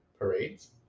Parades